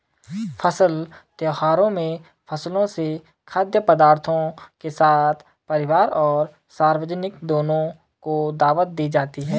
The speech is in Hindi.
फसल त्योहारों में फसलों से खाद्य पदार्थों के साथ परिवार और सार्वजनिक दोनों को दावत दी जाती है